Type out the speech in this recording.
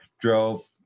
drove